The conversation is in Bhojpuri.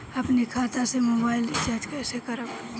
अपने खाता से मोबाइल रिचार्ज कैसे करब?